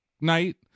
night